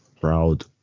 Proud